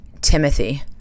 Timothy